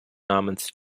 namens